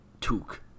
Took